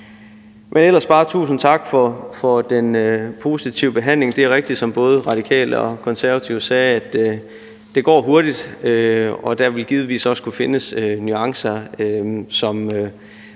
jeg bare sige tusind tak for den positive behandling. Det er rigtigt, som både De Radikale og De Konservative sagde, nemlig at det går hurtigt, og der vil givetvis også kunne findes nuancer, som